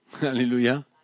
Hallelujah